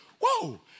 Whoa